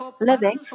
living